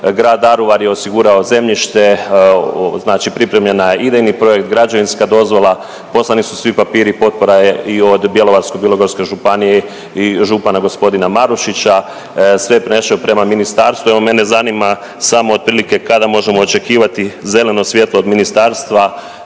Grad Daruvar je osigurao zemljište, znači pripremljen je idejni projekt, građevinska dozvola, poslani su svi papiri, potpora je i od Bjelovarsko-bilogorske županije i župana g. Marušića, sve je prenešeno prema ministarstvu. Evo mene zanima samo otprilike kada možemo očekivati zeleno svjetlo od ministarstva